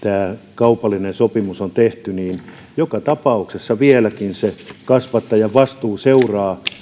kaupallinen sopimus on tehty joka tapauksessa vieläkin se kasvattajan vastuu seuraa